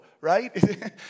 right